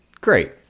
Great